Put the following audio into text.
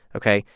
ok,